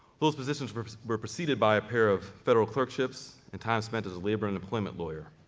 those positions were were preceded by a pair of federal clerk-ships, and time spent as a labor and employment lawyer.